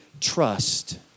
trust